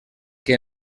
que